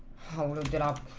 hundred and